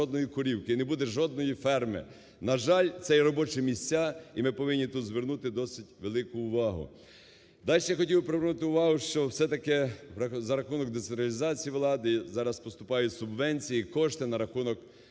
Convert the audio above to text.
Дальше хотів привернути увагу, що все-таки за рахунок децентралізації влади зараз поступають субвенції і кошти на рахунок